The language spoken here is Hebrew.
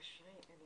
על